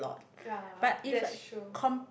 ya that's true